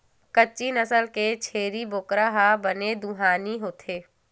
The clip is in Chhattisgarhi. कच्छी नसल के छेरी बोकरा ह बने दुहानी होथे